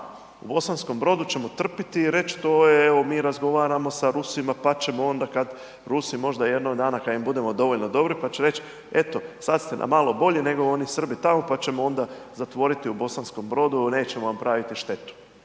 a Bosanskom Brodu ćemo trpjeti i reći to je evo mi razgovaramo sa Rusima pa ćemo onda kad Rusi jednog dana kad im budemo dovoljno dobri pa će reći eto, sad ste nam malo bolji nego ni Srbi tamo pa ćemo onda zatvoriti u Bosanskom Brodu, nećemo vam praviti štetu,